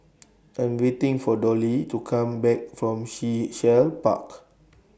I Am waiting For Dollye to Come Back from Sea Shell Park